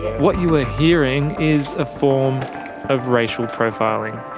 what you are hearing is a form of racial profiling.